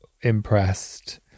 impressed